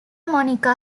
monica